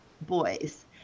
boys